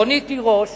רונית תירוש